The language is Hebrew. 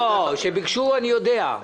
לא, שביקשו אני יודע.